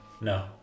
No